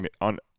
on